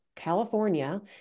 California